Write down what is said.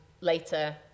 later